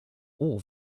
all